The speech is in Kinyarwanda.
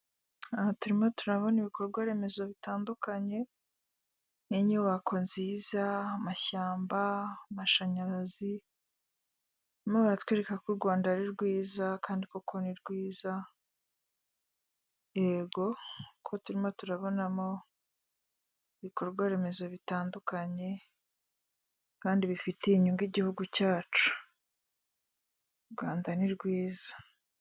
Aha turimo turabona ibikorwa remezo bitandukanye n'inyubako nziza, amashyamba, amashanyarazi barimo baratwereka ko u Rwanda ari rwiza kandi koko ni rwiza, yego, kuko turimo turabonamo ibikorwa remezo bitandukanye, kandi bifitiye inyungu igihugu cyacu. U Rwanda ni rwiza.